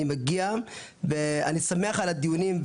אני מגיע ואני שמח על הדיונים,